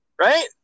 right